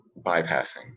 bypassing